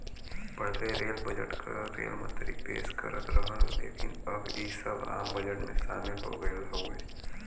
पहिले rail budget क rail मंत्री पेश करत रहन लेकिन अब इ आम बजट में शामिल हो गयल हउवे